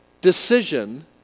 decision